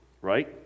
right